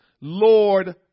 Lord